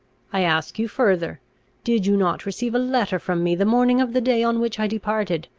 i ask you further did you not receive a letter from me the morning of the day on which i departed,